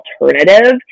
alternative